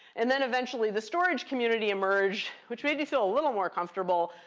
and then eventually the storage community emerged, which made me feel a little more comfortable,